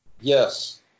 Yes